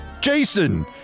Jason